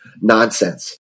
nonsense